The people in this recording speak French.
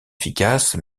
efficace